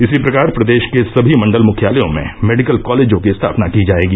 इसी प्रकार प्रदेश के सभी मण्डल मुख्यालयों में मेडिकल कॉलेजों की स्थापना की जायेगी